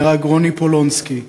נהרג רוני פולונסקי,